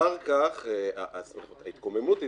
אחר כך ההתקוממות התחילה,